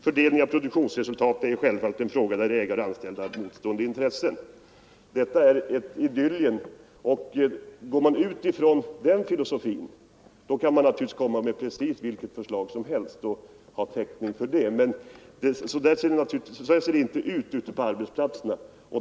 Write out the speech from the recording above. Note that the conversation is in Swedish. Fördelningen av produktionsresultatet är självfallet en fråga där ägare och anställda har motstående intressen.” Detta är som sagt ett Idyllien. Om man utgår från den filosofin kan man presentera precis vilka förslag som helst och ha täckning för dem. Men så ser det inte ut på arbetsplatserna.